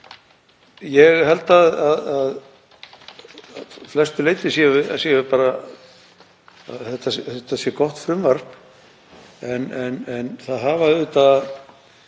Ég held að að flestu leyti sé þetta gott frumvarp en það hafa auðvitað